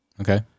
Okay